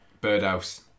Birdhouse